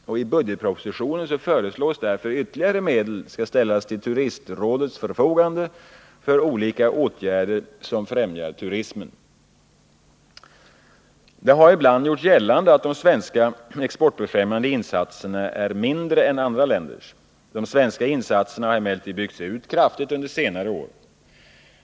I budgetpropositionen föreslås därför ytterligare medel ställas till turistrådets förfogande för olika åtgärder som främjar turismen. Det har ibland gjorts gällande att de svenska exportfrämjande insatserna är mindre än andra länders. De svenska insatserna har emellertid byggts ut kraftigt under senare år.